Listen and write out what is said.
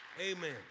Amen